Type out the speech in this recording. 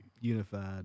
unified